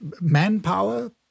manpower